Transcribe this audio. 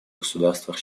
государствах